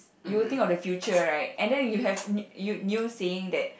you will think of the future right and then you have new new saying that